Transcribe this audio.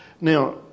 Now